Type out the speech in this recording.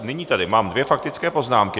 Nyní tady mám dvě faktické poznámky.